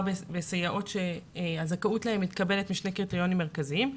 בסייעות שהזכאות להן מתקבלת משני קריטריונים מרכזיים: